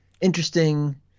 interesting